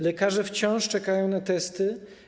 Lekarze wciąż czekają na testy.